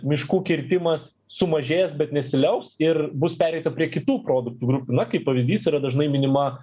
miškų kirtimas sumažės bet nesiliaus ir bus pereita prie kitų produktų grupių na kaip pavyzdys yra dažnai minima